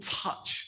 touch